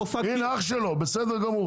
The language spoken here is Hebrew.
הינה אח שלו, הוא בסדר גמור.